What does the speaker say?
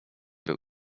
był